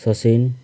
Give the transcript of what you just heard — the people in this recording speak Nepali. ससिन